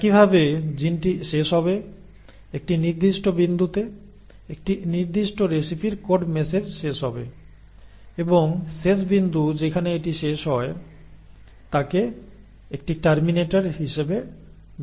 একইভাবে জিনটি শেষ হবে একটি নির্দিষ্ট বিন্দুতে একটি নির্দিষ্ট রেসিপির কোড মেসেজ শেষ হবে এবং শেষ বিন্দু যেখানে এটি শেষ হয় তাকে একটি টার্মিনেটর হিসাবে ডাকা হয়